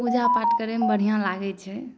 पूजा पाठ करै मे बढ़िऑं लागै छै